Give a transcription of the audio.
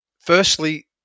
firstly